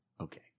Okay